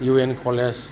U N college